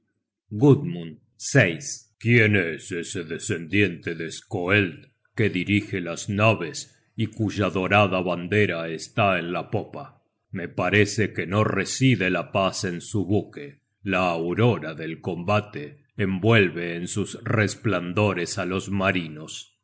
quién es ese descendiente de skoeld que dirige las naves y cuya dorada bandera está en la popa me parece que no reside la paz en su buque la aurora del combate envuelve en sus resplandores á los marinos